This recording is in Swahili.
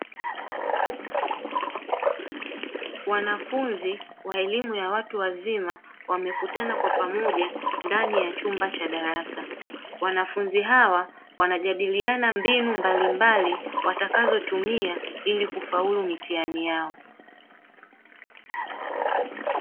Wanafunzi wa elimu ya watu wazima wamekutana kwa pamoja ndani ya chumba cha darasa, ambapo wanafunzi hawa wanajadiliana mbinu mbalimbali watakazotumia ili kufaulu mitihani yao.